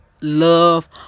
love